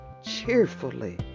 Cheerfully